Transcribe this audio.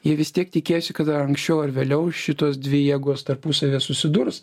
jie vis tiek tikėjosi kad anksčiau ar vėliau šitos dvi jėgos tarpusavyje susidurs